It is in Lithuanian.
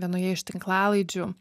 vienoje iš tinklalaidžių